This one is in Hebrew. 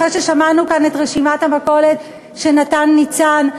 אחרי ששמענו כאן את רשימת המכולת שנתן ניצן,